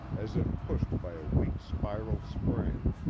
as if pushed by a weak spiral spring.